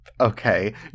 okay